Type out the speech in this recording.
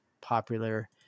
popular